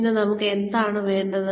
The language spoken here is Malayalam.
പിന്നെ നമുക്ക് എന്താണ് വേണ്ടത്